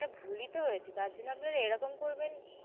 একটা ভুলই তো হয়েছে তার জন্য আপনারা এরকম করবেন